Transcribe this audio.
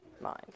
mind